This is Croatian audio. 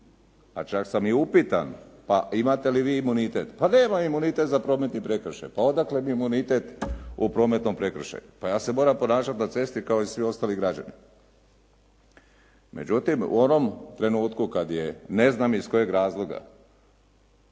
pa čak sam i upitan, imate li vi imunitet. Pa nemam imunitet za prometni prekršaj. Pa odakle mi imunitet u prometnom prekršaju, pa ja se moram ponašati na cesti kao i svi ostali građani. Međutim, u onom trenutku kada je ne znam iz kojeg razloga,